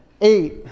eight